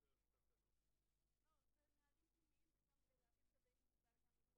שזה לא גורע משיקול הדעת של מינהל ההסדרה והאכיפה לקבוע